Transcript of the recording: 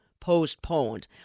postponed